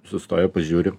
sustoja pažiūri